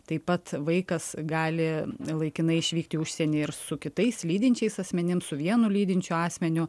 taip pat vaikas gali laikinai išvykti į užsienį ir su kitais lydinčiais asmenim su vienu lydinčiu asmeniu